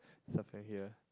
suffering here